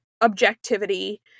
objectivity